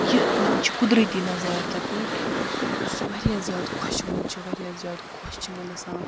یہِ چھُ قُدرٔتی نظارٕ تَپٲرۍ یُس واریاہ زیادٕ خۄشوُن چھُ واریاہ زیادٕ خۄش چھِ مےٚ گژھان